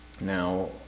Now